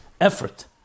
effort